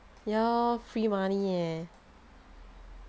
ya lor free money eh